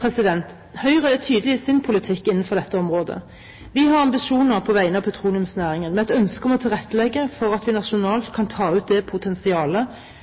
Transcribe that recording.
Høyre er tydelig i sin politikk innenfor dette området. Vi har ambisjoner på vegne av petroleumsnæringen med et ønske om å tilrettelegge for at vi